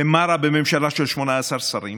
ומה רע בממשלה של 18 שרים